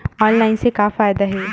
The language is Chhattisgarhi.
ऑनलाइन से का फ़ायदा हे?